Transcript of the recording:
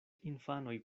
infanoj